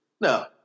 No